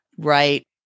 Right